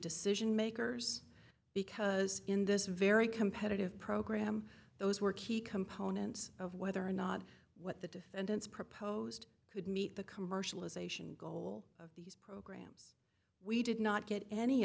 decision makers because in this very competitive program those were key components of whether or not what the defendants proposed could meet the commercialization goal of the we did not get any